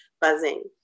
buzzing